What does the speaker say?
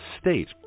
state